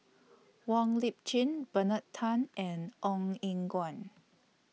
Wong Lip Chin Bernard Tan and Ong Eng Guan